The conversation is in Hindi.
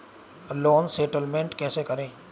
लोन सेटलमेंट कैसे करें?